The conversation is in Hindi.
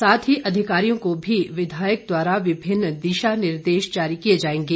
साथ ही अधिकारियों को भी विधायक द्वारा विभिन्न दिशानिर्देश जारी किए जाएंगे